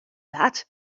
that